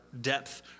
depth